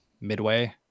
midway